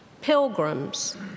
pilgrims